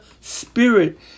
spirit